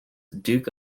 duke